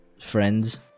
friends